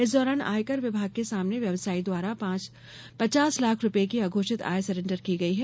इस दौरान आयकर विभाग के सामने व्यवसायी द्वारा पचास लाख रुपए की अघोषित आय सरेंडर की गयी है